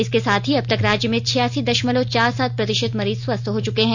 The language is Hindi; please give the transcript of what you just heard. इसके साथ ही अब तक राज्य में छियासी दशमलव चार सात प्रतिशत मरीज स्वस्थ हो चुके हैं